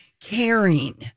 caring